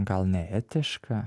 gal neetiška